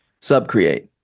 sub-create